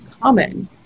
common